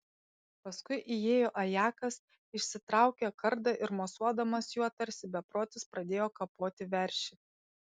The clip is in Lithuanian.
paskui įėjo ajakas išsitraukė kardą ir mosuodamas juo tarsi beprotis pradėjo kapoti veršį